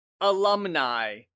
alumni